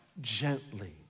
gently